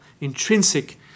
intrinsic